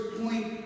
point